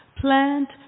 Plant